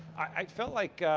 i felt like,